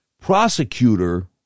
prosecutor